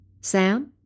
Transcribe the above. Sam